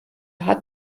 hat